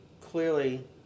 clearly